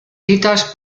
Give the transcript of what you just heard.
citas